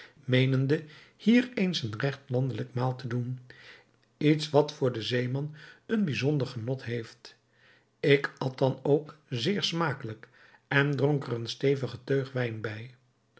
meenende hier eens een regt landelijk maal te doen iets wat voor den zeeman een bijzonder genot heeft ik at dan ook zeer smakelijk en dronk er een stevigen teug wijn bij